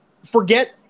Forget